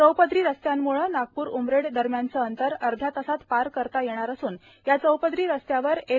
चौपदरी रस्त्यामुळे नागपूर उमरेड दरम्यानचे अंतर अध्या तासात पार करता येणार असून या चौपदरी रस्त्यावर एल